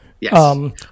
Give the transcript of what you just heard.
Yes